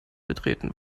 betreten